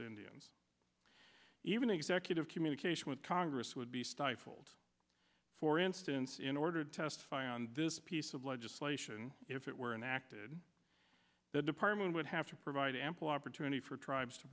indians even executive communication with congress would be stifled for instance in order to testify on this piece of legislation if it were enacted the department would have to provide ample opportunity for tribes to